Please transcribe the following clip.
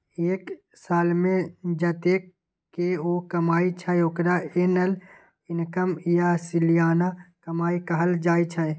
एक सालमे जतेक केओ कमाइ छै ओकरा एनुअल इनकम या सलियाना कमाई कहल जाइ छै